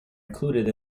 included